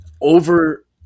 over